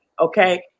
Okay